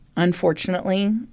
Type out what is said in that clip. Unfortunately